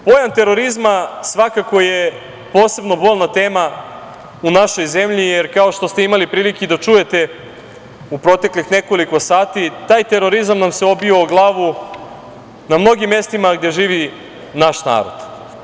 Pojam terorizma svakako je posebno bolna tema u našoj zemlji, jer, kao što ste imali prilike da čujete u proteklih nekoliko sati, taj terorizam nam se obio o glavu na mnogim mestima gde živi naš narod.